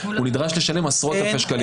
נדרש לשלם עשרות אלפי שקלים.